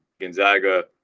gonzaga